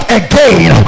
again